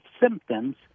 symptoms